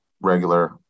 regular